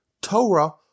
Torah